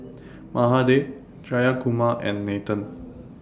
Mahade Jayakumar and Nathan